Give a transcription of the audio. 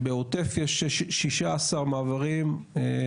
בעוטף יש 16 מעברים,